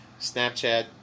Snapchat